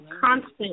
constant